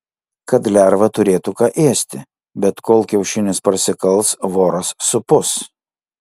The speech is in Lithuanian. kad lerva turėtų ką ėsti bet kol kiaušinis prasikals voras supus